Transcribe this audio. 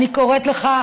אני קוראת לך,